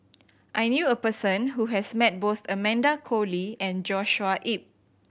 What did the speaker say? I knew a person who has met both Amanda Koe Lee and Joshua Ip